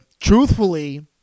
Truthfully